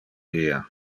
via